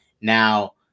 Now